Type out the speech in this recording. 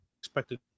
expected